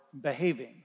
behaving